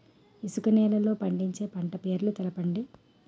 ఇసుక నేలల్లో పండించే పంట పేర్లు తెలపండి?